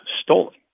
stolen